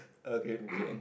okay